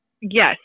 yes